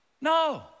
No